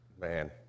Man